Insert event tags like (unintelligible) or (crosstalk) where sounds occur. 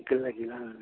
(unintelligible)